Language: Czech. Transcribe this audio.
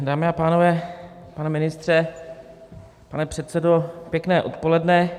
Dámy a pánové, pane ministře, pane předsedo, pěkné odpoledne.